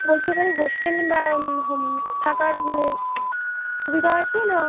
বলছি ওখানে হোস্টেল বা হোম থাকার মানে সুবিধা আছে না